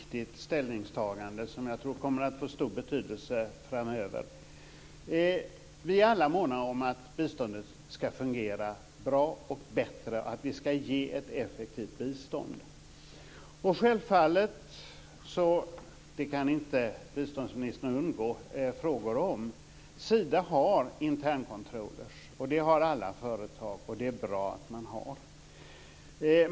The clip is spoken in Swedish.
Fru talman! Detta är ett mycket viktigt ställningstagande som jag tror kommer att få stor betydelse framöver. Vi är alla måna om att biståndet ska fungera bra, och bättre, och om att vi ska ge ett effektivt bistånd. Sida har självfallet - det kan inte biståndsministern undgå frågor om - intern-controllers. Det har alla företag och det är bra att man har.